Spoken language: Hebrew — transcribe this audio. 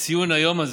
בציון היום הזה.